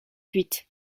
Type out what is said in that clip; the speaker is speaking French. huit